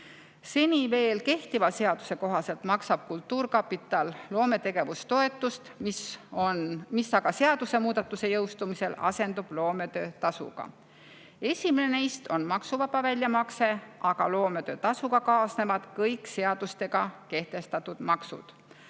Seni veel kehtiva seaduse kohaselt maksab kultuurkapital loome[töö]toetust, mis aga seadusemuudatuse jõustumisel asendub loometöötasuga. Esimene neist on maksuvaba väljamakse, aga loometöötasuga kaasnevad kõik seadustega kehtestatud maksud.